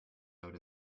out